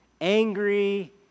angry